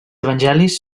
evangelis